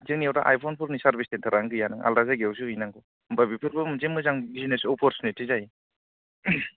जोंनियाव दा आइफनफोरनि सोर्भिस सेन्टारानो गैया नों आल्दा जायगायावसो हैनांगौ होमबा बेफोरखौ मोनसे मोजां बिजिनेस अप'रचुनिटि जायो